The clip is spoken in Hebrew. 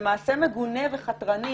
זה מעשה מגונה וחתרני